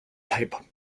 type